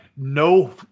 No